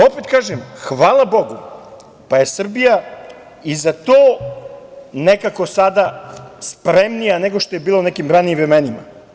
Opet kažem hvala Bogu pa je Srbija i za to nekako sada spremnija, nego što je bila u nekim ranijim vremenima.